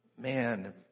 man